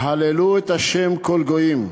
"הללו את ה' כל גוים,